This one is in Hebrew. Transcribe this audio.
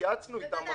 שהתייעצנו אתם,